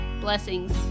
Blessings